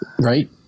Right